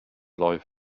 life